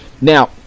Now